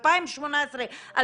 2018,